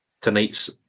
tonight's